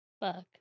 Fuck